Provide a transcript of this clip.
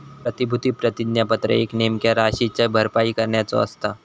प्रतिभूती प्रतिज्ञापत्र एका नेमक्या राशीची भरपाई करण्याचो असता